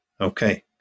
Okay